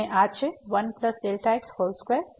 પરંતુ હવે આ f 1 Δ x અને Δ x નેગેટિવ છે તે x2 થી ગણવામાં આવશે